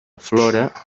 flora